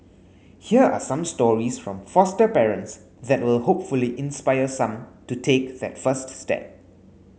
here are some stories from foster parents that will hopefully inspire some to take that first step